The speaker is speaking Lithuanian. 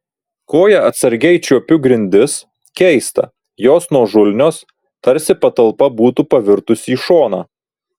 koja atsargiai čiuopiu grindis keista jos nuožulnios tarsi patalpa būtų pavirtusi į šoną